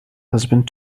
husband